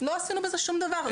לא עשינו בזה שום דבר.